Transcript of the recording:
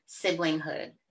siblinghood